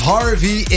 Harvey